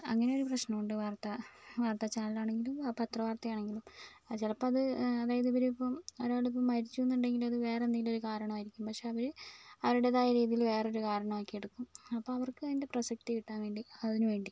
അങ്ങനെയൊരു പ്രശ്നമുണ്ട് വാർത്താ വാർത്താ ചാനലാണെങ്കിലും പത്രവാർത്തയാണെങ്കിലും ചിലപ്പമത് അതായത് ഇവരിപ്പം ഒരാളിപ്പം മരിച്ചുന്നുണ്ടെങ്കിൽ അത് വേറെന്തെങ്കിലും ഒരു കാരണമായിരിക്കും പക്ഷേ അവർ അവരുടേതായ രീതിയിൽ വേറൊരു കാരണമാക്കി എടുക്കും അപ്പം അവർക്ക് അതിൻ്റെ പ്രശസ്തി കിട്ടാൻ വേണ്ടി അതിന് വേണ്ടി